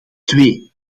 twee